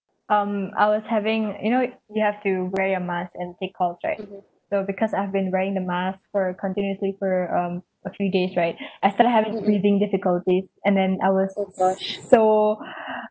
um I was having you know you have to wear your mask and take calls right so because I've been wearing the mask for continuously for um for three days right I started having breathing difficulties and then I was so